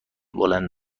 بلند